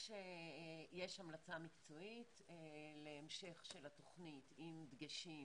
יש המלצה מקצועית להמשך של התוכנית עם דגשים